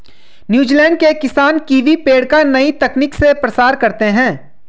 New Zealand के किसान kiwi पेड़ का नई तकनीक से प्रसार करते हैं